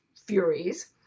furies